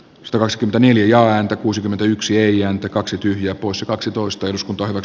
stars kentän iliaan kuusikymmentäyksi ei ääntä kaksi tyhjää poissa kaksitoista eduskunta ovat